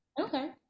Okay